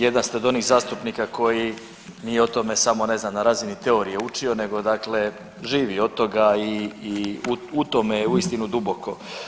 Jedan ste od onih zastupnika koji nije o tome samo na razini teorije učio, nego dakle živi od toga i u tome je uistinu duboko.